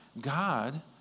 God